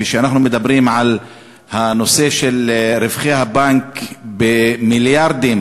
וכשאנחנו מדברים על הנושא של רווחי הבנק במיליארדים,